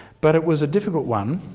but it was a difficult one.